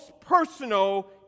personal